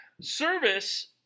Service